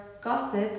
gossip